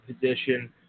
position